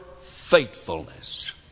faithfulness